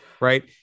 right